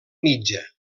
mitja